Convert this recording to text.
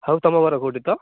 ଆଉ ତୁମ ଘର କେଉଁଠି ତ